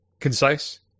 Concise